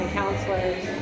counselors